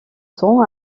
temps